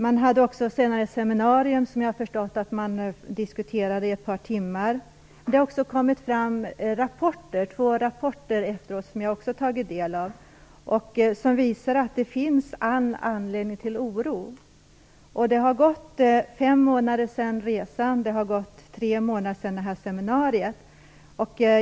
Man hade också senare ett seminarium. Jag har förstått att man diskuterade i ett par timmar där. Det har efteråt kommit två rapporter som jag också har tagit del av och som visar att det finns all anledning till oro. Det har gått fem månader sedan resan, och det har gått tre månader sedan seminariet.